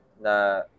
na